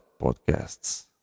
podcasts